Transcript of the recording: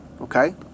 okay